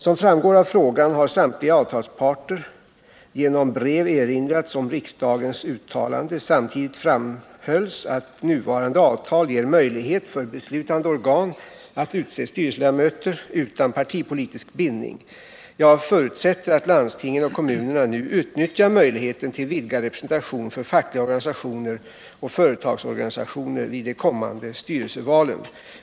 Som framgår av frågan har samtliga avtalsparter genom brev erinrats om riksdagens uttalande. Samtidigt framhölls att nuvarande avtal ger möjlighet för beslutande organ att utse styrelseledamöter utan partipolitisk bindning. Jag förutsätter att landstingen och kommunerna nu utnyttjar möjligheten till vidgad representation för fackliga organisationer och företagsorganisationer vid de kommande styrelsevalen.